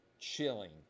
chilling